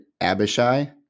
Abishai